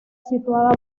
situada